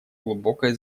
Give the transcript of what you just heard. глубокое